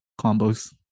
combos